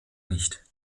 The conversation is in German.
nicht